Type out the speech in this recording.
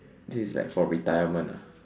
this is like for retirement ah